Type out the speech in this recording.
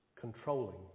controlling